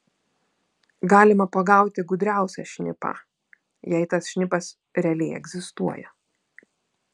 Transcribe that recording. galima pagauti gudriausią šnipą jei tas šnipas realiai egzistuoja